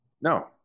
No